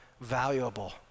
valuable